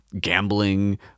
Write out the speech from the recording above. gambling